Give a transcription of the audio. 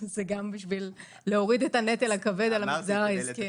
זה גם בשביל להוריד את הנטל הכבד על המגזר העסקי.